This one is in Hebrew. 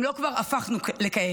אם לא כבר הפכנו לכאלה.